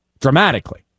dramatically